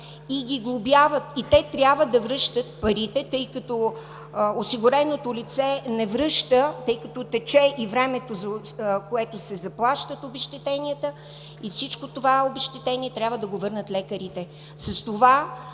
и те трябва да връщат парите, тъй като осигуреното лице не ги връща, тече и времето, в което се заплащат обезщетенията, и това обезщетение трябва да го върнат лекарите.